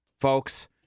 folks